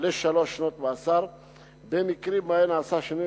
לשלוש שנות מאסר במקרים שבהם נעשה שינוי